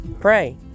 Pray